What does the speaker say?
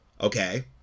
Okay